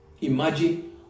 Imagine